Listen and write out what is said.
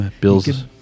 Bill's